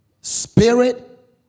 spirit